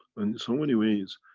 and in so many ways,